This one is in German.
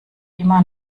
immer